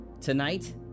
Tonight